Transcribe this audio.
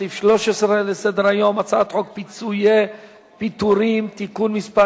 סעיף 13 לסדר-היום: הצעת חוק פיצויי פיטורים (תיקון מס'